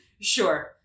Sure